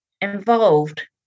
involved